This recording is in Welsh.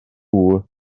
nhw